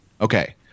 Okay